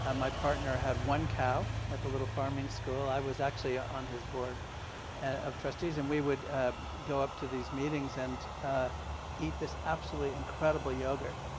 and my partner had one cow at the little farming school. i was actually ah on his board of trustees. and we would go up to these meetings and eat this absolutely incredible yogurt.